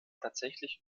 tatsächlich